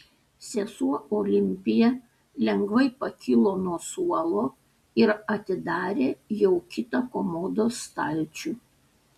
sesuo olimpija lengvai pakilo nuo suolo ir atidarė jau kitą komodos stalčių